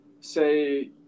say